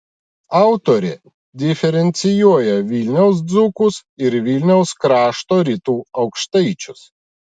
autorė diferencijuoja vilniaus dzūkus ir vilniaus krašto rytų aukštaičius